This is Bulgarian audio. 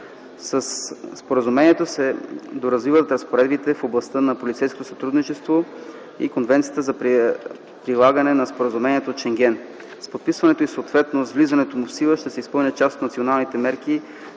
Със споразумението се доразвиват разпоредбите в областта на полицейското сътрудничество и Конвенцията за прилагане на Споразумението от Шенген. С подписването и съответно с влизането му в сила ще се изпълнят част от националните мерки